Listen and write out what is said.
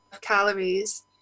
calories